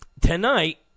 tonight